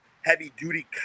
heavy-duty